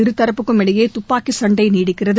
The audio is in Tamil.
இருதரப்புக்கும் இடையே துப்பாக்கி சண்டை நீடிக்கிறது